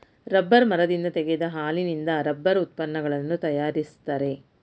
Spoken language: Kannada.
ರಬ್ಬರ್ ಮರದಿಂದ ತೆಗೆದ ಹಾಲಿನಿಂದ ರಬ್ಬರ್ ಉತ್ಪನ್ನಗಳನ್ನು ತರಯಾರಿಸ್ತರೆ